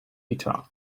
guitar